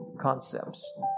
concepts